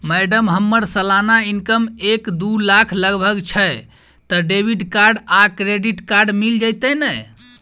Madam हम्मर सलाना income एक दु लाख लगभग छैय तऽ डेबिट कार्ड आ क्रेडिट कार्ड मिल जतैई नै?